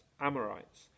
Amorites